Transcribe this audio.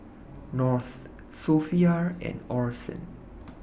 North Sophia and Orson